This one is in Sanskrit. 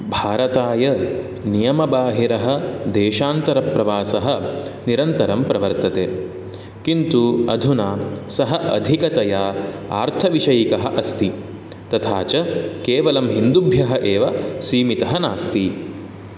भारताय नियमबाहिरः देशान्तरप्रवासः निरन्तरं प्रवर्तते किन्तु अधुना सः अधिकतया आर्थविषयिकः अस्ति तथा च केवलं हिन्दुभ्यः एव सीमितः नास्ति